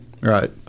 Right